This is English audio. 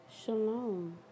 Shalom